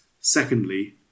Secondly